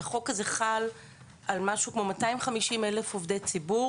החוק הזה חל על כ-250.000 עובדי ציבור